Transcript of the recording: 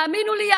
האמינו לי,